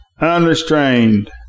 unrestrained